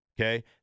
Okay